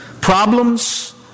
Problems